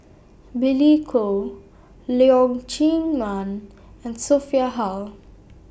Billy Koh Leong Chee Mun and Sophia Hull